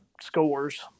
scores